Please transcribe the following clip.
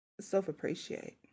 self-appreciate